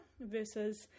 versus